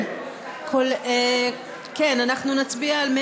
כנוסח הוועדה.